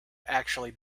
actually